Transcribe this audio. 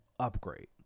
upgrade